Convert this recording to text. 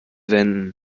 wenden